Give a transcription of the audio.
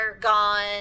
gone